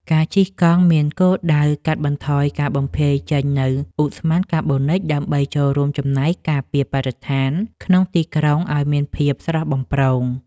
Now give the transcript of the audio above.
ការជិះកង់មានគោលដៅកាត់បន្ថយការបំភាយចេញនូវឧស្ម័នកាបូនិច ដើម្បីចូលរួមចំណែកការពារបរិស្ថានក្នុងទីក្រុងឱ្យមានភាពស្រស់បំព្រង។